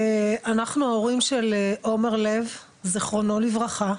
אנחנו ההורים של עומר לב זכרונו לברכה,